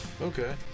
Okay